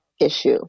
issue